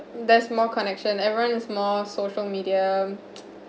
there's more connection everyone is more social media